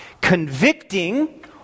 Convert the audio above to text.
convicting